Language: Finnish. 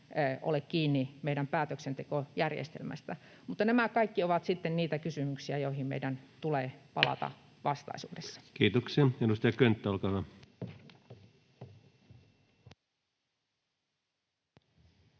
ole kiinni meidän päätöksentekojärjestelmästä? Mutta nämä kaikki ovat sitten niitä kysymyksiä, joihin meidän tulee palata vastaisuudessa. Kiitoksia. — Edustaja Könttä, olkaa hyvä.